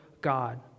God